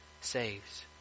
saves